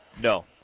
No